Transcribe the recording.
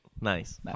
nice